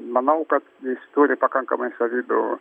manau kad jis turi pakankamai savybių